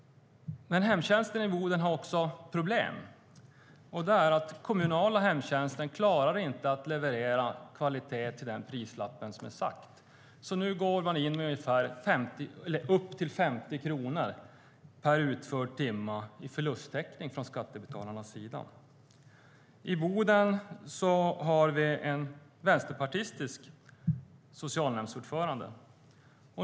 Men hemtjänsten i Boden har också problem. Det är att den kommunala hemtjänsten inte klarar att leverera kvalitet till det pris som är satt, så nu går man in med upp till 50 kronor per utförd timme i förlusttäckning från skattebetalarnas sida. I Boden har vi en vänsterpartistisk socialnämndsordförande.